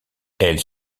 elle